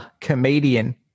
comedian